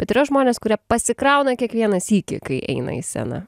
bet yra žmonės kurie pasikrauna kiekvieną sykį kai eina į sceną